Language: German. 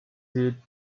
sie